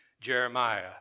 Jeremiah